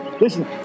listen